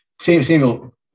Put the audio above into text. Samuel